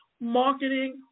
Marketing